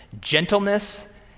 gentleness